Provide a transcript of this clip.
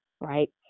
right